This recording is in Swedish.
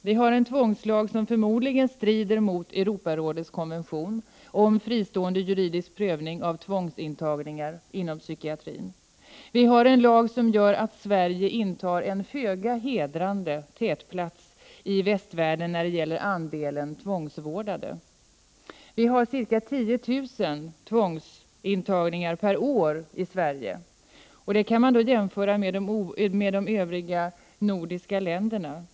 Vi har en tvångslag som förmodligen strider mot Europarådets konvention om fristående juridisk prövning av tvångsintagningar inom psykiatrin. Vi har en lag som gör att Sverige intar en föga hedrande tätplacering i västvärlden när det gäller andelen tvångsvårdade. Det förekommer ca 10 000 tvångsintagningar per år i Sverige, vilket kan jämföras med övriga nordiska länders.